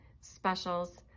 specials